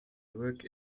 work